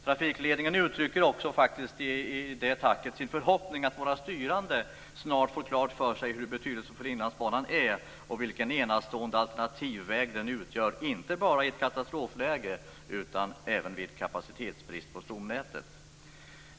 Trafikledningen uttrycker i detta tack sin förhoppning att våra styrande snart får klart för sig hur betydelsefull Inlandsbanan är och vilken enastående alternativväg den utgör, inte bara i ett katastrofläge utan även vid kapacitetsbrist på stomnätet.